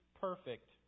perfect